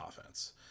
offense